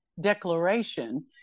declaration